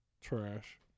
Trash